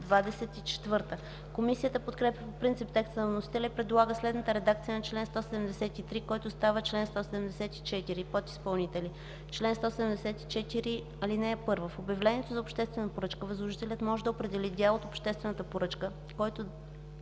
Комисията подкрепя по принцип текста на вносителя и предлага следната редакция на чл. 173, който става чл. 174: „Подизпълнители Чл. 174. (1) В обявлението за обществена поръчка възложителят може да определи дял от обществената поръчка, който